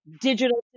digital